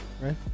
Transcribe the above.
right